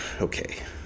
okay